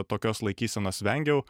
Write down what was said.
tokios laikysenos vengiau